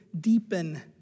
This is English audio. deepen